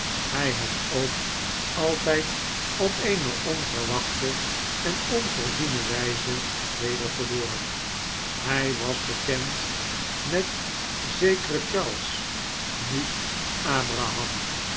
hij het ook altijd op eene onverwachte en onvoorziene wijze weder verloor hij was bekend met zekeren charles niet abraham